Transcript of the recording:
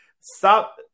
stop